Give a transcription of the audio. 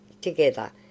together